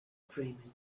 dreaming